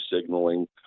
signaling